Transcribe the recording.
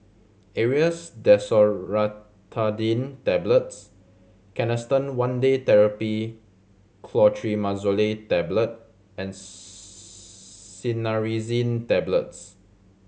Aerius DesloratadineTablets Canesten One Day Therapy Clotrimazole Tablet and Cinnarizine Tablets